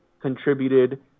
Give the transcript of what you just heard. contributed